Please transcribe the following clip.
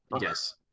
Yes